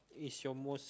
is your most